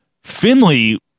Finley